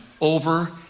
over